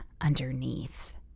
underneath